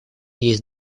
есть